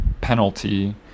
penalty